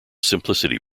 simplicity